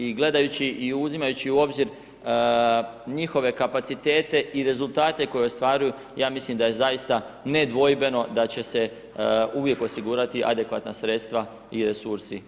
I gledajući i uzimajući u obzir njihove kapacitete i rezultate koje ostvaruju, ja mislim da je zaista nedvojbeno da će se uvijek osigurati i adekvatna sredstva i resursi za njih.